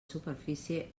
superfície